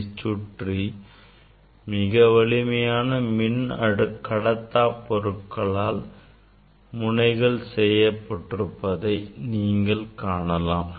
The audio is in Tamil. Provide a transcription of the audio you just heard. இதனை சுற்றி மிக வலிமையான மின்கடத்தாப் பொருளால் முனைகள் செய்யப்பட்டிருப்பதை நீங்கள் காணலாம்